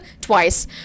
twice